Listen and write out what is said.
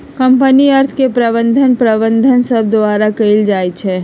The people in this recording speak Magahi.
कंपनी अर्थ के प्रबंधन प्रबंधक सभ द्वारा कएल जाइ छइ